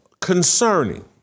concerning